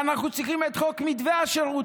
ואנחנו צריכים את חוק מתווה השירות,